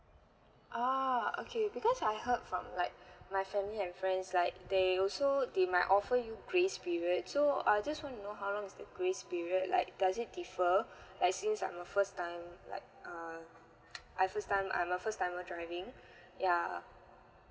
oh okay because I heard from like my family and friends like they also they might offer you grace period so I just want to know how long is the grace period like does it differ like since I'm a first time like err I first time I'm a first timer driving yeah